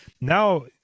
now